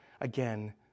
again